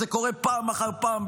זה קורה פעם אחר פעם,